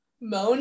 moan